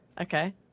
Okay